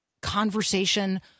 conversation